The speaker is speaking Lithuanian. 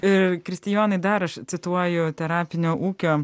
kristijonai dar aš cituoju terapinio ūkio